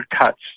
cuts